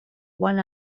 one